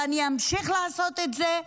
ואני אמשיך לעשות את זה,